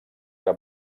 que